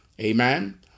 amen